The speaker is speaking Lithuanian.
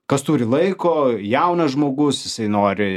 kas turi laiko jaunas žmogus jisai nori